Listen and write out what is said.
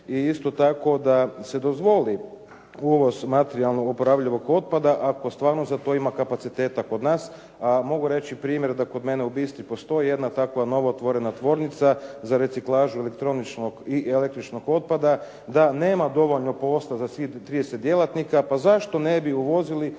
i isto tako da se dozvoli uvoz materijalnog oporabljivog otpada. A po ... ima kapaciteta kod nas. A mogu reći primjer da kod mene u Bistri postoji jedna takva novo otvorena tvornica za reciklažu elektroničkog i električnog otpada. Da nema dovoljno posla za svih 30 djelatnika. Pa zašto ne bi uvozili